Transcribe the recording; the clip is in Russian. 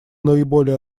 наиболее